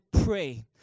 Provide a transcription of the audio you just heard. pray